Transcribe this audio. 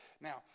now